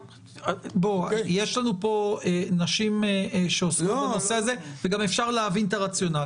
יש לנו פה נשים שעוסקות בנושא הזה וגם אפשר להבין את הרציונל.